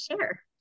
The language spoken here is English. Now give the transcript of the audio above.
share